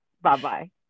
Bye-bye